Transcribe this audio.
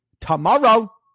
tomorrow